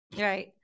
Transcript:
Right